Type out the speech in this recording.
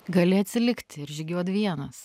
gali atsilikti ir žygiuot vienas